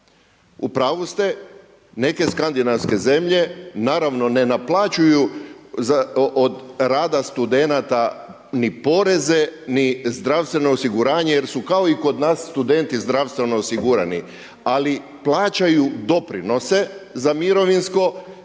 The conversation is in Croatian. U pravu ste, neke skandinavske zelje, naravno ne naplaćuju od rada studenata ni poreze, ni zdravstveno osiguranje, jer su kao i kod nas studenti zdravstveno osigurani. Ali plaćaju doprinose za mirovinsko,